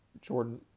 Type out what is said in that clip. Jordan